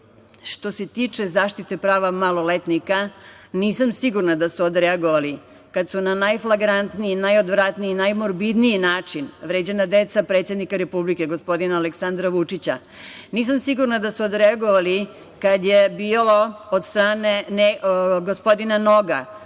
se tiče zaštite prava maloletnika, nisam sigurna da su odreagovali kada su na najflagrantniji, najodvratniji i najmorbidniji način vređana deca predsednika Republike, gospodina Aleksandra Vučića. Nisam sigurna da su odreagovali kada je bilo od strane gospodina Noga,